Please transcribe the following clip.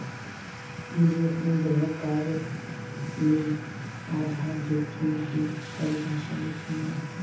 मुझे अपने गृह कार्य में आधार जोखिम की परिभाषा लिखनी है